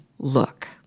look